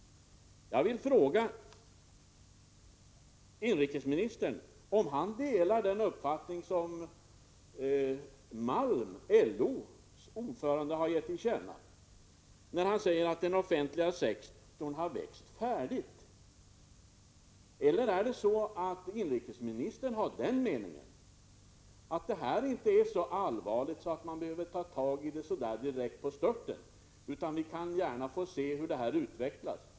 Jag vill fråga civilministern om han delar den uppfattning som LO:s ordförande Malm gett till känna, när han säger att den offentliga sektorn har växt färdigt. Eller är det så att civilministern menar att det här inte är så allvarligt att man behöver ta tag i saken låt mig säga direkt på störten utan att man gärna kan vänta och se hur det hela utvecklas?